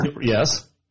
Yes